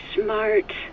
smart